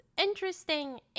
interesting